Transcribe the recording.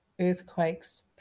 earthquakes